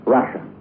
Russia